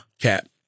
Cap